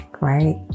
right